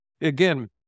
Again